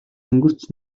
өнгөрч